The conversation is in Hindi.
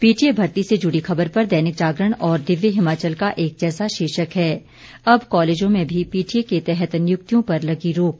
पीटीए भर्ती से जुड़ी खबर पर दैनिक जागरण और दिव्य हिमाचल का एक जैसा शीर्षक है अब कॉलेजों में भी पीटीए के तहत नियुक्तियों पर लगी रोक